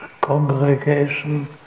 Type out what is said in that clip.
congregation